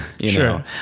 Sure